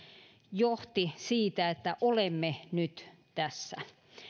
johti siitä että olemme nyt tässä